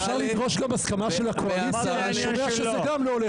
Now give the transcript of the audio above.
אתה יכול גם שלוש פעמים, אני רק מבקשת שתקשיבו.